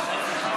בס.